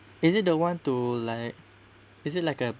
is it the one to like is it like a